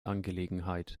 angelegenheit